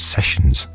Sessions